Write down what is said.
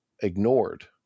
ignored